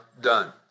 done